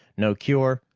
no cure,